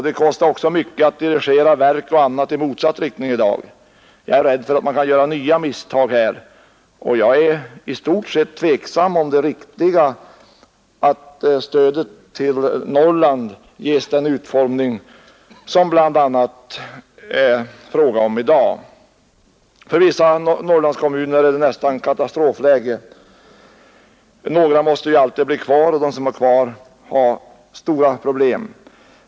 Det kostar också mycket att dirigera verk och annat i motsatt riktning i dag. Jag är rädd för att man kan göra nya misstag, och jag är i stort sett tveksam om det riktiga i att ge stödet till Norrland den utformning som det har för närvarande. För vissa Norrlandskommuner är det nästan katastrofläge Några människor måste ju alltid stanna kvar, och de har stora problem.